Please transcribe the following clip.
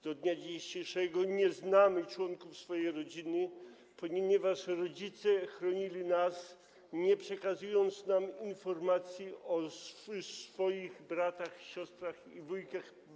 Do dnia dzisiejszego nie znamy członków swojej rodziny, ponieważ rodzice chronili nas, nie przekazując nam informacji o swoich braciach, siostrach i wujkach.